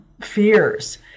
fears